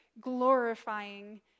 glorifying